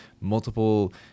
multiple